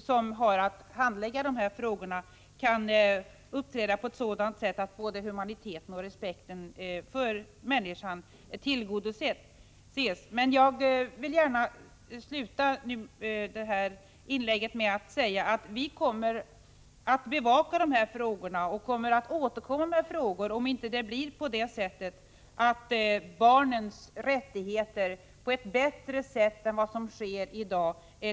som har att handlägga dessa frågor måste uppträda på ett sådant sätt att både humaniteten och respekten för — Prot. 1985/86:13 människan tillgodoses. 17 oktober 1985 Jag vill avsluta den här debatten med att säga att vi kommer att bevaka dessa frågor och återkomma med frågor, om inte barnens rättigheter tillgodoses på ett bättre sätt än vad som sker i dag.